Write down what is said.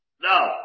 No